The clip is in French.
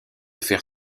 faire